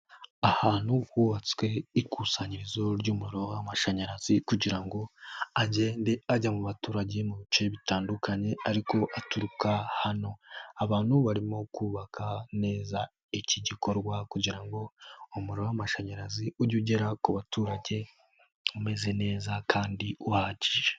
Ahantu hubatswe ikusanyirizo ry'umuriro w'amashanyarazi kugira ngo ugende ujya mu baturage mu bice bitandukanye, ariko aturuka hamwe. Abantu barimo kubaka neza iki gikorwa, kugira ngo umuriro w'amashanyarazi ugere ku baturage umeze neza kandi uhagije.